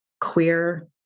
queer